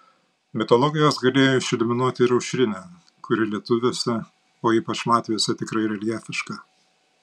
mitologijos galėjo išeliminuoti ir aušrinę kuri lietuviuose o ypač latviuose tikrai reljefiška